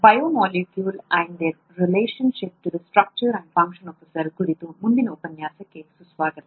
biomolecule and their relationship to the structure and function of a cell ಕುರಿತು ಮುಂದಿನ ಉಪನ್ಯಾಸಕ್ಕೆ ಸುಸ್ವಾಗತ